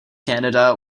canada